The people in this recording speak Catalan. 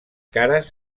cares